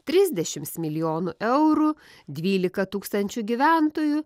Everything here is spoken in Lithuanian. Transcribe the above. trisdešims milijonų eurų dvylika tūkstančių gyventojų